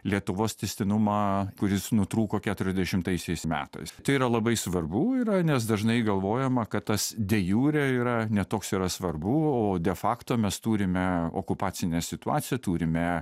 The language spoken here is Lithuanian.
lietuvos tęstinumą kuris nutrūko keturiasdešimtaisiais metais tai yra labai svarbu yra nes dažnai galvojama kad tas de jure yra ne toks yra svarbu o de fakto mes turime okupacinę situaciją turime